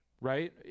Right